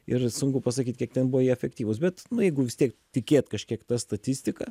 ir sunku pasakyt kiek ten buvo jie efektyvūs bet jeigu vis tiek tikėt kažkiek ta statistika